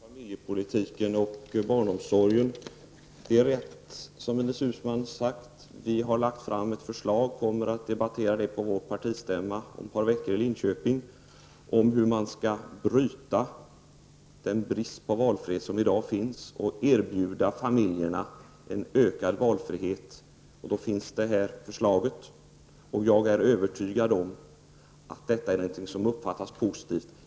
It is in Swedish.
Herr talman! Jag avser inte att ta upp någon debatt om familjepolitiken och barnomsorgen. Det är rätt som Ines Uusmann sagt: Vi har lagt fram ett förslag och kommer att debattera det på vår partistämma i Linköping om ett par veckor. Det handlar om hur man skall avhjälpa den brist på valfrihet som råder i dag och erbjuda familjerna en ökad valfrihet. Det är det förslaget går ut på. Jag är övertygad om att detta är någonting som uppfattas positivt.